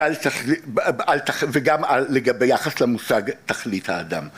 ‫וגם ביחס למושג תכלית האדם.